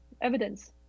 evidence